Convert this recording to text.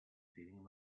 feeling